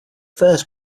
first